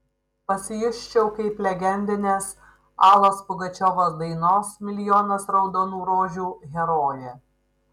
pasijusčiau kaip legendinės alos pugačiovos dainos milijonas raudonų rožių herojė